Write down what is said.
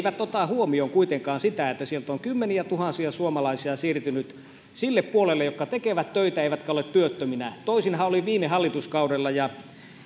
eivät ota huomioon kuitenkaan sitä että sieltä on kymmeniätuhansia suomalaisia siirtynyt sille puolelle jotka tekevät töitä eivätkä ole työttöminä toisinhan oli viime hallituskaudella ja